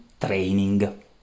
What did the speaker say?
training